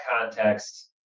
context